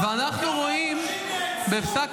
אוי, באמת.